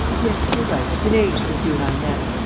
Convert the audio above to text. yes, you're right, it's an age since you and i met.